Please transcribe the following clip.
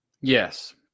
Yes